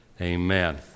Amen